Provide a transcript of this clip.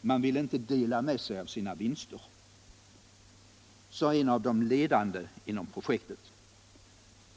Man ville inte dela med sig av sina vinster, sade en av de ledande inom projektet.